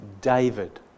David